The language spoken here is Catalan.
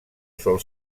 sol